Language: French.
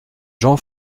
jean